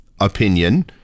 opinion